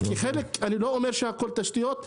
אני לא אומר שהכול תשתיות,